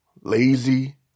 Lazy